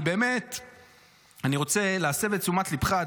אני רוצה להסב את תשומת ליבך,